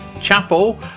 Chapel